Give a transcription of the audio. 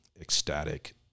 ecstatic